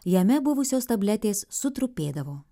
jame buvusios tabletės sutrupėdavo